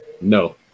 No